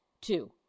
Two